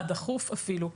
הדחוף אפילו.